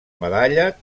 medalla